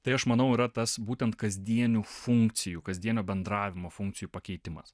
tai aš manau yra tas būtent kasdienių funkcijų kasdienio bendravimo funkcijų pakeitimas